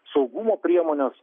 saugumo priemones